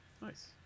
Nice